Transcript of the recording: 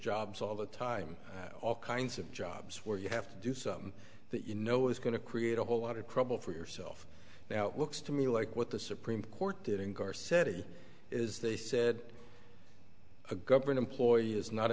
jobs all the time all kinds of jobs where you have to do something that you know is going to create a whole lot of trouble for yourself now it looks to me like what the supreme court did in car city is they said a government employee is not